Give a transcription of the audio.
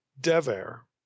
Dever